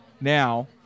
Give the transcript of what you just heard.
Now